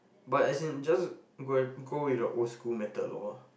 but as in just go go with the old school method loh